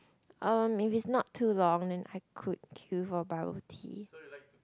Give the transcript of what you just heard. um maybe it's not too long then I could queue for bubble tea